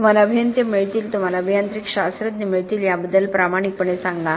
तुम्हाला अभियंते मिळतील तुम्हाला अभियांत्रिकी शास्त्रज्ञ मिळतील याबद्दल प्रामाणिकपणे सांगा